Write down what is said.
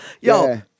yo